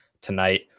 Tonight